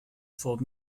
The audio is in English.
for